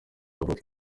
havutse